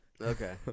Okay